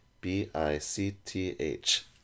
B-I-C-T-H